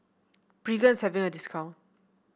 Pregain is having a discount